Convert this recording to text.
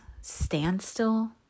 standstill